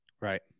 Right